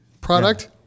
product